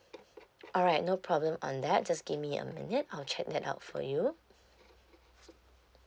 alright no problem on that just give me a minute I'll check that out for you